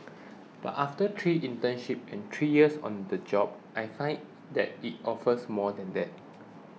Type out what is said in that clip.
but after three internships and three years on the job I find that it offers more than that